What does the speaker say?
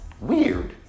Weird